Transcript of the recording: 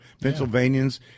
Pennsylvanians